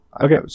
Okay